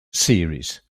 series